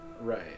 Right